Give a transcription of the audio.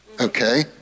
Okay